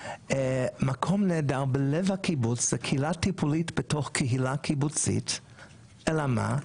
ומקום נהדר בלב הקיבוץ זה קהילה טיפולית בתוך קהילה קיבוצית אלא מה?